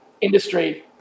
industry